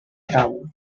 towel